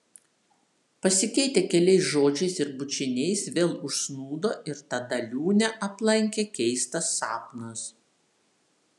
pasikeitę keliais žodžiais ir bučiniais vėl užsnūdo ir tada liūnę aplankė keistas sapnas